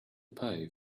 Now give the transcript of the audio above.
pay